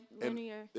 linear